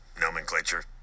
nomenclature